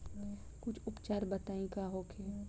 कुछ उपचार बताई का होखे?